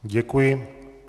Děkuji.